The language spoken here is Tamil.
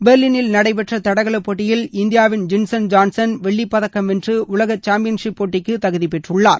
பெர்லினில் நடைபெற்ற தடகளப் போட்டியில் இந்தியாவின் ஜின்ஸன் ஜான்சன் வெள்ளிப்பதக்கம் வென்று உலக சாம்பியன்ஷிப் போட்டிக்கு தகுதி பெற்றுள்ளார்